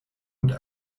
und